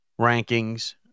rankings